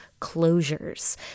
closures